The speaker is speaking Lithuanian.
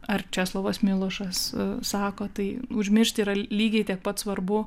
ar česlovas milošas sako tai užmiršti yra lygiai tiek pat svarbu